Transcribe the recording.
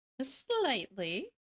Slightly